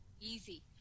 easy